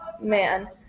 man